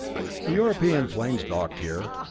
the european planes docked here,